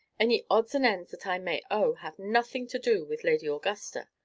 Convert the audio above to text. any odds and ends that i may owe, have nothing to do with lady augusta.